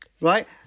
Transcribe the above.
right